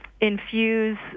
infuse